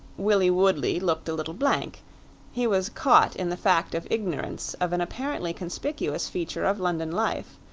willie woodley looked a little blank he was caught in the fact of ignorance of an apparently conspicuous feature of london life.